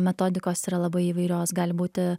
metodikos yra labai įvairios gali būti